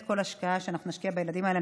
כל השקעה שנשקיע בילדים האלה,